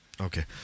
Okay